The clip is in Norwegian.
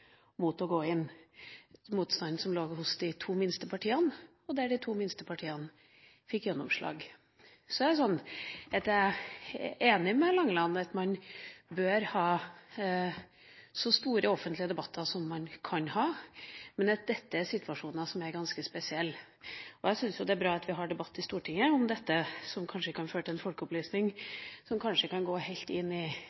mot å gå inn – motstanden lå hos de to minste partiene, og de to minste partiene fikk gjennomslag. Jeg er enig med representanten Langeland i at man bør ha så store offentlige debatter som man kan ha, men at dette er situasjoner som er ganske spesielle. Jeg syns det er bra at vi har debatter i Stortinget om dette, debatter som kanskje kan føre til folkeopplysning,